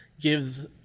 gives